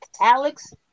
Alex